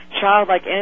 childlike